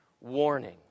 warning